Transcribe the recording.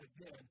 again